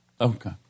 Okay